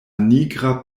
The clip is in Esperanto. nigra